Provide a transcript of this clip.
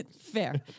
Fair